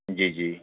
जी जी